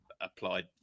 applied